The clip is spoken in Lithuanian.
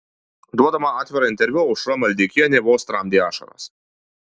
duodama atvirą interviu aušra maldeikienė vos tramdė ašaras